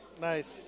Nice